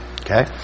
Okay